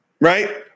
Right